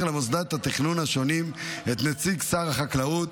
למוסדות התכנון השונים את נציג שר החקלאות.